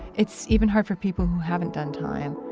it's even hard for people who haven't done time.